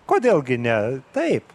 kodėl gi ne taip